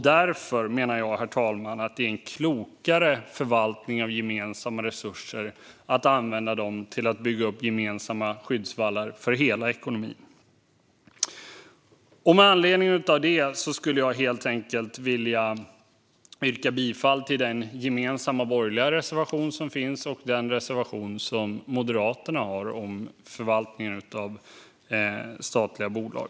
Därför menar jag, herr talman, att det är en klokare förvaltning av gemensamma resurser att använda dem till att bygga upp gemensamma skyddsvallar för hela ekonomin. Med anledning av det vill jag yrka bifall till den gemensamma borgerliga reservation som finns och till den reservation som Moderaterna har om förvaltningen av statliga bolag.